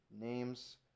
names